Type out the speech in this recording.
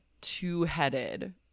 two-headed